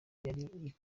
yari